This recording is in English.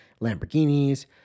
Lamborghinis